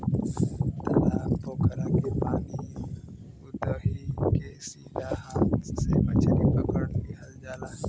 तालाब पोखरा के पानी उदही के सीधा हाथ से मछरी पकड़ लिहल जाला